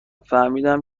فهمیدم